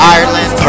Ireland